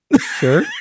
Sure